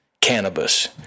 cannabis